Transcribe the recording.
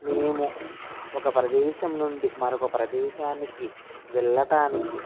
మేము ఒక ప్రదేశం నుండి మరొక ప్రదేశానికి వెళ్ళటానికి